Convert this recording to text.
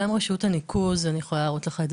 גם רשות הניקוד ואני יכולה להראות לך את זה